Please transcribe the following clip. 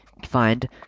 Find